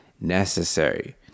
Necessary